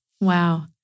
Wow